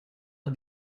are